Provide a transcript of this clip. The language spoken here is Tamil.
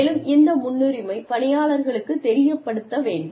மேலும் இந்த முன்னுரிமை பணியாளருக்கு தெரியப்படுத்தப்பட வேண்டும்